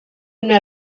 una